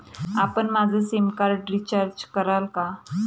आपण माझं SIM card recharge कराल का?